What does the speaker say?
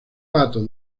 pato